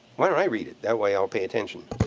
why don't i read it. that way, i'll pay attention.